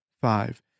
five